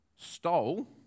stole